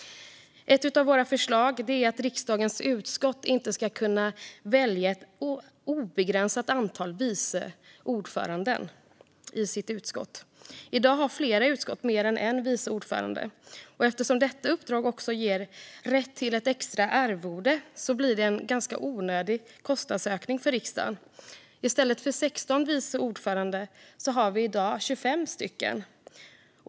Ett av våra förslag är att riksdagens utskott inte ska kunna välja ett obegränsat antal vice ordförande i utskottet. I dag har flera utskott mer än en vice ordförande. Eftersom detta uppdrag ger rätt till ett extra arvode blir det en ganska onödig kostnadsökning för riksdagen. I stället för 16 vice ordförande har vi i dag 25 stycken.